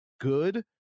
good